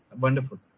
Wonderful